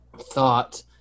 thought